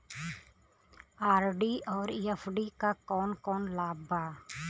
RD और FD क कौन कौन लाभ बा?